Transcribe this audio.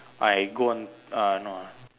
I go on uh no